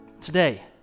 today